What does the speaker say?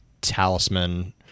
talisman